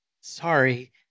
Sorry